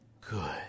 good